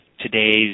today's